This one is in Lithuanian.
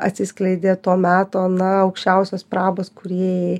atsiskleidė to meto na aukščiausios prabos kurėjai